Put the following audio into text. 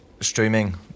streaming